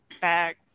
back